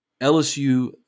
LSU